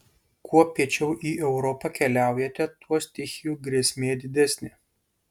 kuo piečiau į europą keliaujate tuo stichijų grėsmė didesnė